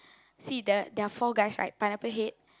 see the there are four guys right Pineapple Head